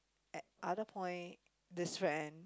at other point this friend